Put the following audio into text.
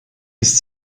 ist